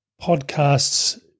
podcasts